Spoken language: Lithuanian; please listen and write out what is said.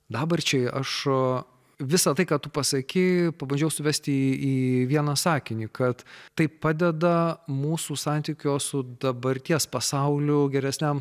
dabarčiai aš visa tai ką tu pasakei pabandžiau suvesti į į vieną sakinį kad tai padeda mūsų santykio su dabarties pasauliu geresniam